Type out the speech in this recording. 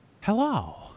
Hello